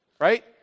Right